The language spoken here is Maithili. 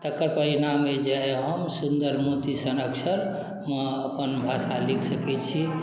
तकर परिणाम अइ जे आइ हम सुन्दर मोती सन अक्षरमे अपन भाषा लिख सकैत छी